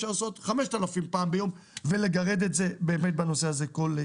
אפשר לעשות 5,000 פעם ביום ולגרד את זה כל שנייה.